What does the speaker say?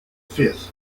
fifth